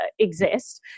exist